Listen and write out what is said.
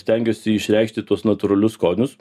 stengiuosi išreikšti tuos natūralius skonius